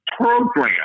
program